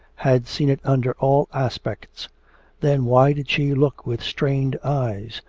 had seen it under all aspects then why did she look with strained eyes?